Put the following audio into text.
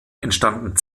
entstanden